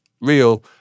real